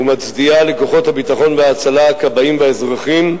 ומצדיעה לכוחות הביטחון וההצלה, הכבאים והאזרחים,